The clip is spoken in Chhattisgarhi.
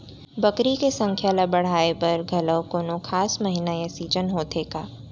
बकरी के संख्या ला बढ़ाए बर घलव कोनो खास महीना या सीजन होथे का?